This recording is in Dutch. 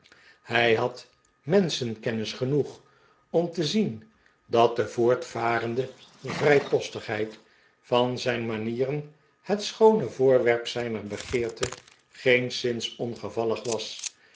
hij had menschenkennis genoeg om te zienj dat de voortvarende vrijpostigheid van zijn manieren het schoone voorwerp zijner begeerte geenszins ongevallig was